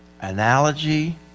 analogy